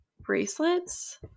bracelets